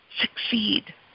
Succeed